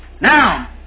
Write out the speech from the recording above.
now